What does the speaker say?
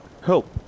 help